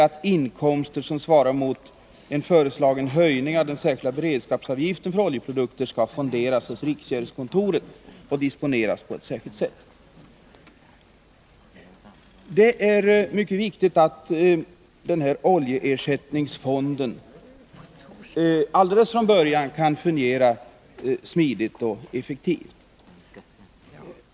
Att inkomster som svarar mot en föreslagen höjning av den särskilda beredskapsavgiften för oljeprodukter skall fonderas hos riksgäldskontoret och disponeras på ett särskilt sätt. Det är mycket viktigt att den här oljeersättningsfonden alldeles från början kan fungera smidigt och effektivt.